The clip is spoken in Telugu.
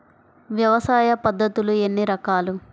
వ్యవసాయ పద్ధతులు ఎన్ని రకాలు?